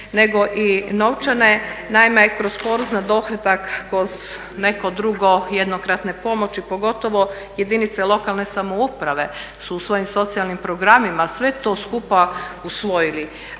nego i novčane. Naime, kroz porez na dohodak, kroz neko drugo jednokratne pomoći, pogotovo jedinice lokalne samouprave su u svojim socijalnim programima sve to skupa usvojili